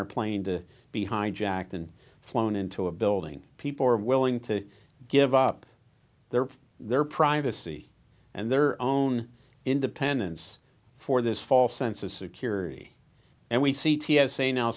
our plane to be hijacked and flown into a building people are willing to give up their privacy and their own independence for this false sense of security and we see t s a now